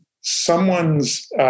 someone's